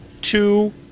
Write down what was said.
two